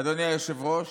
אדוני היושב-ראש,